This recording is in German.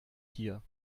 hier